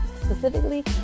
specifically